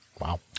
Wow